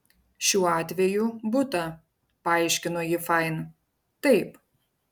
šiuo atveju butą paaiškino ji fain taip